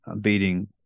beating